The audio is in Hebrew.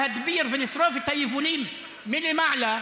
להדביר ולשרוף את היבולים מלמעלה